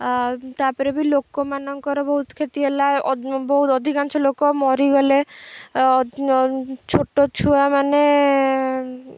ଆଉ ତାପରେ ବି ଲୋକମାନଙ୍କର ବହୁତ କ୍ଷତି ହେଲା ବହୁତ ଅଧିକାଂଶ ଲୋକ ମରିଗଲେ ଛୋଟ ଛୁଆମାନେ